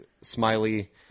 Smiley